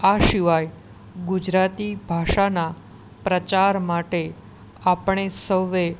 આ સિવાય ગુજરાતી ભાષાના પ્રચાર માટે આપણે સૌએ